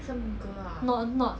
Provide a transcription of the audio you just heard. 那我问他